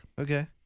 Okay